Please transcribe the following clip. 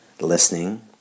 listening